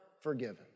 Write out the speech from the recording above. forgiven